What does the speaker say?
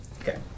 Okay